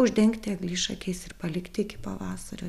uždengti eglišakiais ir palikti iki pavasario